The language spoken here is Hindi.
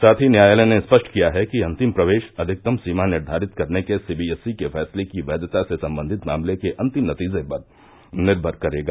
साथ ही न्यायालय ने स्पष्ट किया है कि अंतिम प्रवेश अधिकतम सीमा निर्घारित करने के सीबीएसई के फैसले की वैधता से सबंधित मामले के अंतिम नतीजे पर निर्मर करेगा